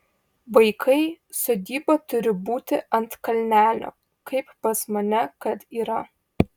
vaikai sodyba turi būti ant kalnelio kaip pas mane kad yra